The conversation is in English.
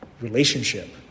relationship